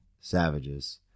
Savages